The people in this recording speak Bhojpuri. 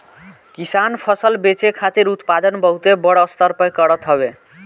किसान फसल बेचे खातिर उत्पादन बहुते बड़ स्तर पे करत हवे